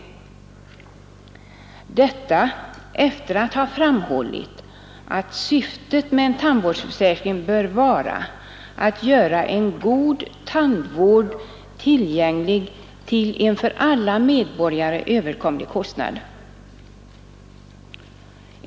Statsrådet framhöll även i direktiven att syftet med en tandvårdsförsäkring bör vara att göra en god tandvård tillgänglig till en för alla medborgare överkomlig kostnad.